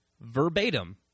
verbatim